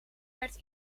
werkt